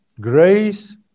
grace